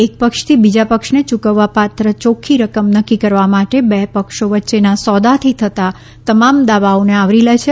એક પક્ષથી બીજા પક્ષને યૂકવવાપાત્ર યોખ્ખી રકમ નક્કી કરવા માટે બે પક્ષો વચ્ચેના સોદાથી થતા તમામ દાવાઓને આવરી લે છે